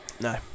No